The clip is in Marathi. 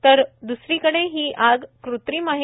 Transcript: तर द्सरीकडे हि आग क्त्रीम आहे